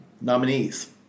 nominees